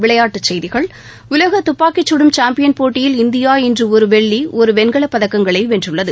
விளையாட்டுச் செய்திகள் உலக துப்பாக்கிச்கடும் சாம்பியன் போட்டியில் இந்தியா இன்று ஒரு வெள்ளி ஒரு வெண்கல பதக்கங்களை வென்றுள்ளது